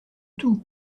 tout